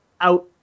out